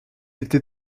était